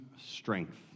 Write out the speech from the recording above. strength